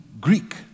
Greek